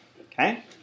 Okay